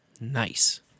Nice